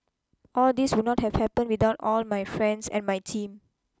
all this would not have happened without all my friends and my team